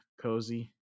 Cozy